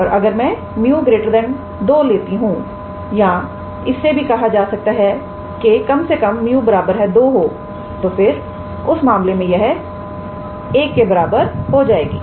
और अगर मैं 𝜇 2 लेती हूं या इससे भी कहा जा सकता है कि कम से कम 𝜇 2 हो तो फिर उस मामले में यह 1 के बराबर हो जाएगी